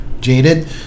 Jaded